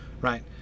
right